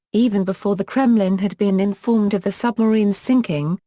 even before the kremlin had been informed of the submarine's sinking,